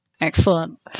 Excellent